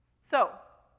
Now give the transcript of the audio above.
so